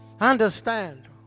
understand